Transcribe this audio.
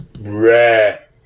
rare